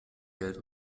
geld